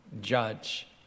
judge